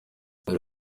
bari